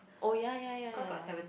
oh yeah yeah yeah yeah yeah